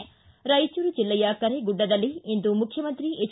ಿದ ರಾಯಚೂರು ಜಿಲ್ಲೆಯ ಕರೇಗುಡ್ಡದಲ್ಲಿ ಇಂದು ಮುಖ್ಯಮಂತ್ರಿ ಎಚ್